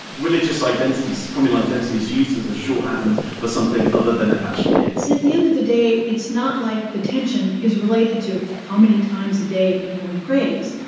religious identity's so communal identity is used as a shorthand for something other than it actually is yeah at the end of the day, it's not like the tension is related to how many times a day anyone prays.